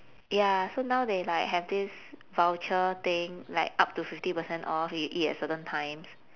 ya so now they like have this voucher thing like up to fifty percent off if you eat at certain times